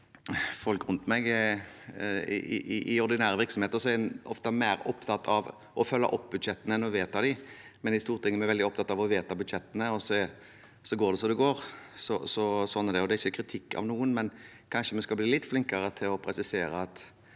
i ordinære virksomheter er en ofte mer opptatt av å følge opp budsjettene enn av å vedta dem, men i Stortinget er vi veldig opptatt av å vedta budsjettene, og så går det slik det går. Det er ikke en kritikk av noen, men kanskje skulle vi bli litt flinkere til å presisere at